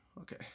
okay